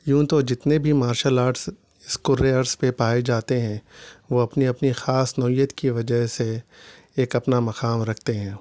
یوں تو جتنے بھی مارشل آرٹس اس کرۂ ارض پہ پائے جاتے ہیں وہ اپنی اپنی خاص نوعیت کی وجہ سے ایک اپنا مقام رکھتے ہیں